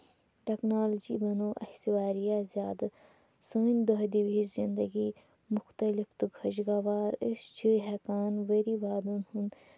technology بَنٲو اَسہِ واریاہ زیادٕ سٲنۍ دۄہ دِش زِندگی مُختٔلف تہٕ خۄش گَوار أسۍ چھِ ہٮ۪کان ؤری وادَن ہُند